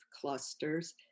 clusters